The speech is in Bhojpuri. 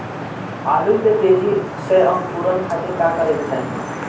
आलू के तेजी से अंकूरण खातीर का करे के चाही?